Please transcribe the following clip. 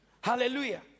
hallelujah